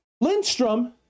lindstrom